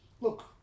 look